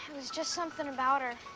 was just something about her.